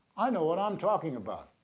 i know what i'm talking about.